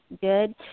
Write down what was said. good